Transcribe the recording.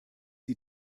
sie